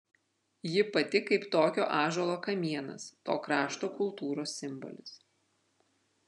ji pati kaip tokio ąžuolo kamienas to krašto kultūros simbolis